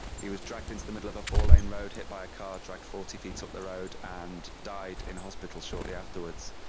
he was dragged into the middle of a four-lane road, hit by a car, dragged forty feet up the road and died in hospital shortly afterwards.